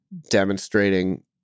demonstrating